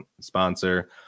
sponsor